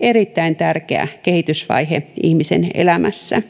erittäin tärkeä kehitysvaihe ihmisen elämässä